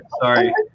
sorry